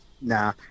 nah